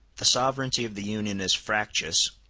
the sovereignty of the union is factitious,